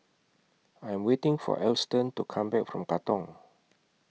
I Am waiting For Alston to Come Back from Katong